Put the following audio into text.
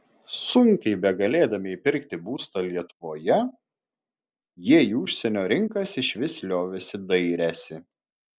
sunkiai begalėdami įpirkti būstą lietuvoje jie į užsienio rinkas išvis liovėsi dairęsi